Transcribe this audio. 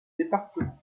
département